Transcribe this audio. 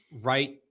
right